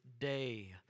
day